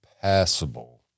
passable